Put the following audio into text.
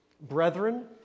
brethren